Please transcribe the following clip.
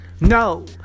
No